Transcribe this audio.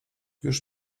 już